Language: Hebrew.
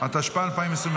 התשפ"ה 2024,